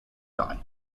time